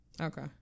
Okay